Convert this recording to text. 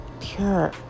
pure